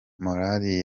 morali